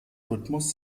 rhythmus